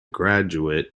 graduate